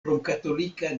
romkatolika